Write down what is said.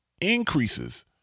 increases